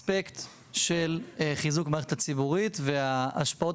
מהאספקט של חיזוק המערכת הציבורית ועל ההשפעות